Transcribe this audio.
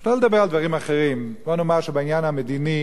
לא לדבר על דברים אחרים, בוא נאמר שבעניין המדיני,